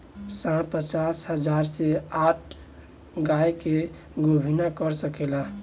सांड पचास से साठ गाय के गोभिना कर सके ला